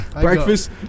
Breakfast